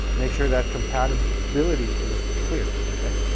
make sure that compatibility is clear, okay?